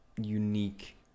unique